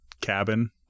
cabin